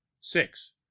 six